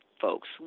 folks